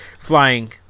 flying